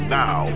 now